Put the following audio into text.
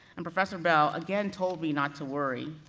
and professor bell, again told me not to worry,